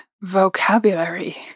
vocabulary